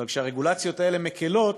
אבל כשהרגולציות האלה מקלות